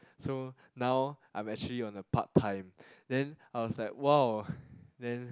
so now I'm actually on a part-time then I was like !wow! then